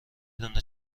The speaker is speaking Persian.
دونه